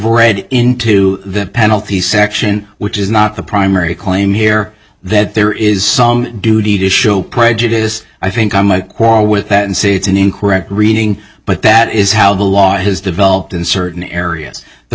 read into the penalty section which is not the primary claim here that there is some duty to show prejudice i think on my quarrel with that and see it's an incorrect reading but that is how the law has developed in certain areas the